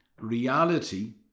reality